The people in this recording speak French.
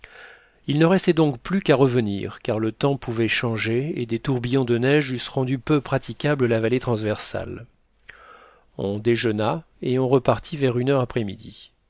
il ne restait donc plus qu'à revenir car le temps pouvait changer et des tourbillons de neige eussent rendu peu praticable la vallée transversale on déjeuna et on repartit vers une heure